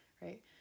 right